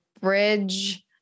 bridge